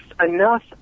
enough